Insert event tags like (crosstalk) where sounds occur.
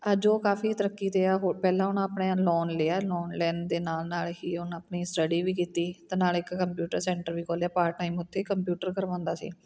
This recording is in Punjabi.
ਅੱਜ ਉਹ ਕਾਫੀ ਤਰੱਕੀ 'ਤੇ ਆ (unintelligible) ਪਹਿਲਾਂ ਉਹਨਾਂ ਆਪਣੇ ਲੋਨ ਲਿਆ ਲੋਨ ਲੈਣ ਦੇ ਨਾਲ ਨਾਲ ਹੀ ਉਹਨਾਂ ਆਪਣੀ ਸਟੱਡੀ ਵੀ ਕੀਤੀ ਅਤੇ ਨਾਲ ਇੱਕ ਕੰਪਿਊਟਰ ਸੈਂਟਰ ਵੀ ਖੋਲ੍ਹਿਆ ਪਾਰਟ ਟਾਈਮ ਉੱਥੇ ਕੰਪਿਊਟਰ ਕਰਵਾਉਂਦਾ ਸੀ